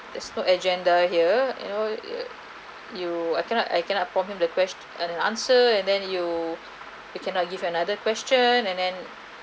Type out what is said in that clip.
there's no agenda here you know you you I cannot I cannot prompt him the quest~ an answer and then you you cannot give another question and then